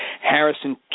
Harrison